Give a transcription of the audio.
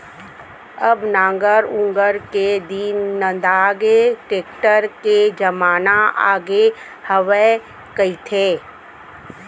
अब नांगर ऊंगर के दिन नंदागे, टेक्टर के जमाना आगे हवय कहिथें